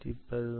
114